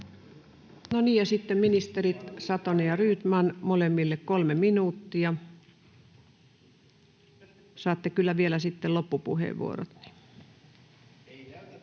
No niin, sitten ministerit Satonen ja Rydman, molemmille kolme minuuttia. Saatte kyllä vielä sitten loppupuheenvuorotkin.